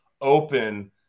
open